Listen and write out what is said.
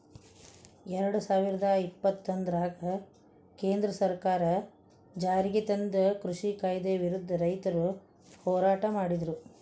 ಎರಡುಸಾವಿರದ ಇಪ್ಪತ್ತೊಂದರಾಗ ಕೇಂದ್ರ ಸರ್ಕಾರ ಜಾರಿಗೆತಂದ ಕೃಷಿ ಕಾಯ್ದೆ ವಿರುದ್ಧ ರೈತರು ಹೋರಾಟ ಮಾಡಿದ್ರು